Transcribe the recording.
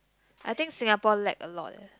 I think Singapore lack a lot leh